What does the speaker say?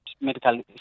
medical